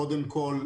קודם כל,